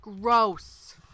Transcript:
Gross